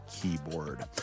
keyboard